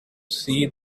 see